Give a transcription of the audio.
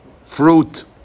fruit